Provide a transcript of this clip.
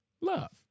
Love